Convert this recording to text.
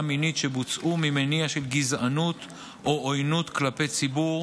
מינית שבוצעו ממניע של גזענות או עוינות כלפי ציבור,